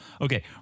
okay